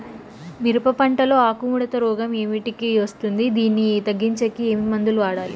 మిరప పంట లో ఆకు ముడత రోగం ఏమిటికి వస్తుంది, దీన్ని తగ్గించేకి ఏమి మందులు వాడాలి?